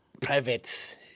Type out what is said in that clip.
private